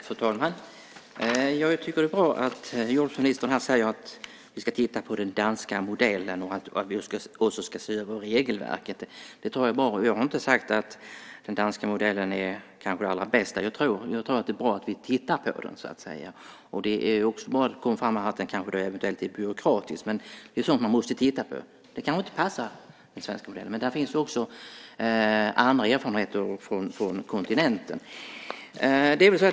Fru talman! Jag tycker att det är bra att jordbruksministern säger att vi ska titta på den danska modellen och att vi också ska se över regelverket. Det tror jag är bra. Jag har inte sagt att den danska modellen är den allra bästa. Jag tror att det är bra att vi tittar på den, och det är bra att det kom fram att den kanske är väldigt byråkratisk. Det är sådant man måste titta på. Den kanske inte passar för Sverige. Men det finns också andra erfarenheter från kontinenten.